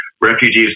refugees